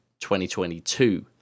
2022